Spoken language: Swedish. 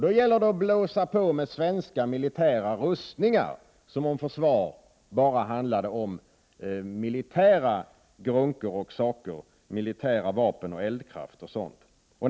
Då gäller det att blåsa på med svensk militär rustning, som om försvar bara handlade om militära grunkor — militära vapen, eldkraft etc.